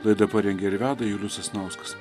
laidą parengė ir veda julius sasnauskas